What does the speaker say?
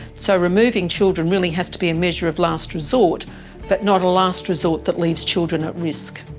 so removing children really has to be a measure of last resort but not a last resort that leaves children at risk.